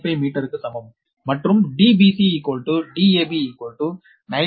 995 மீட்டருக்கு சமம் மற்றும் dbc dab 9